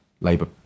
Labour